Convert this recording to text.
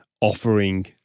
offering